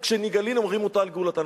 כשנגאלין אומרים אותו על גאולתן.